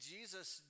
Jesus